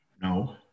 No